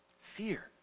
Fear